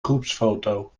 groepsfoto